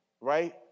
Right